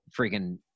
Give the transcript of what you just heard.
freaking